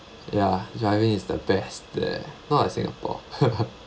ya driving is the best there not like singapore